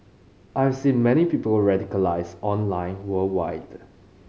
I've seen many people radicalised online worldwide